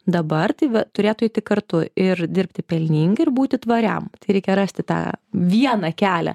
dabar tai va turėtų eiti kartu ir dirbti pelningai ir būti tvariam tai reikia rasti tą vieną kelią